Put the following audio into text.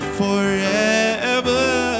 forever